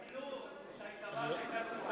ביטלו את ההטבה שהיתה בקופות הגמל.